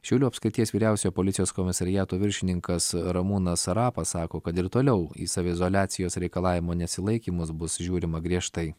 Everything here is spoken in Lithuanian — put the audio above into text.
šiaulių apskrities vyriausiojo policijos komisariato viršininkas ramūnas sarapas sako kad ir toliau į saviizoliacijos reikalavimo nesilaikymus bus žiūrima griežtai